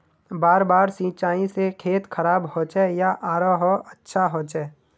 बार बार सिंचाई से खेत खराब होचे या आरोहो अच्छा होचए?